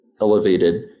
elevated